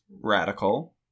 radical